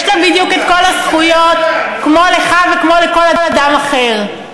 יש לה בדיוק כל הזכויות כמו לך וכמו לכל אדם אחר,